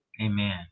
Amen